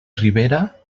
ribera